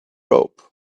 rope